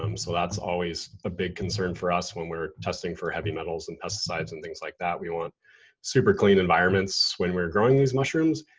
um so that's always a big concern for us when we're testing for heavy metals and pesticides, and things like that. we want super clean environments when we're growing these mushrooms.